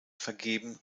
vergeben